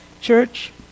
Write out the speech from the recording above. Church